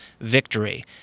victory